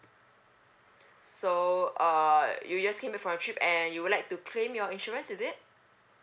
so uh you just came back from your trip and you would like to claim your insurance is it